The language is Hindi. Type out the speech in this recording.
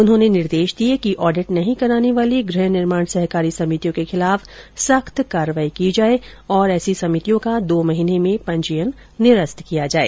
उन्होंने निर्देश दिए कि ऑडिट नही कराने वाली गृह निर्माण सहकारी समितियों के खिलाफ सख्त कार्यवाही की जाए और ऐसी सभितियों का दो माह में पंजीयन निरस्त किया जाए